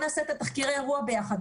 בואו נעשה את תחקירי האירוע ביחד,